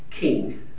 king